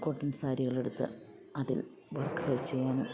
cotton സാരികളെടുത്ത് അതിൽ വർക്കുകൾ ചെയ്യാന്